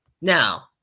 Now